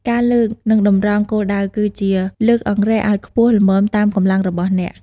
ការលើក និងតម្រង់គោលដៅគឺជា លើកអង្រែឱ្យខ្ពស់ល្មមតាមកម្លាំងរបស់អ្នក។